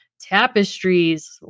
tapestries